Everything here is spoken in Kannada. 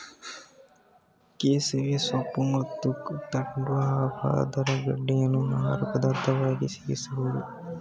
ಕೆಸವೆ ಸೊಪ್ಪು ಮತ್ತು ದಂಟ್ಟ ಹಾಗೂ ಅದರ ಗೆಡ್ಡೆಯನ್ನು ಆಹಾರ ಪದಾರ್ಥವಾಗಿ ಸೇವಿಸಬೋದು